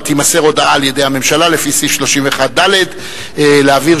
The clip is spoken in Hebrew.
אבל תימסר הודעה על-ידי הממשלה לפי סעיף 31(ד) להעביר